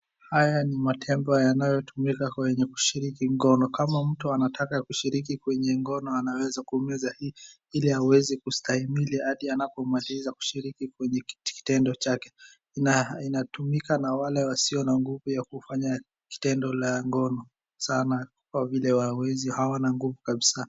Haya ni matembe yanayotumika kwenye kushiriki ngono. Kama mtu anataka kushiriki kwenye ngono, anaweza kumeza hii ili awezi kustahimili hadi anapomaliza kushiriki kwenye kitendo chake. Ina inatumika na wale wasio na nguvu ya kufanya kitendo la ngono sana kwa vile wawezi hawana nguvu kabisa.